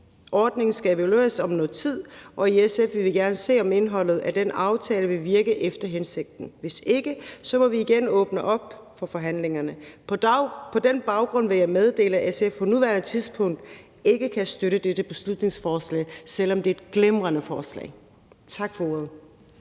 Ordningen skal evalueres om nogen tid, og i SF vil vi gerne se, om indholdet af den aftale vil virke efter hensigten. Hvis ikke, må vi igen åbne op for forhandlingerne. På den baggrund vil jeg meddele, at SF på nuværende tidspunkt ikke kan støtte dette beslutningsforslag, selv om det er et glimrende forslag. Tak for ordet.